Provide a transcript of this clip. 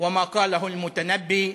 (אומר דברים בשפה הערבית: ומה שאמר אל-מותנבי: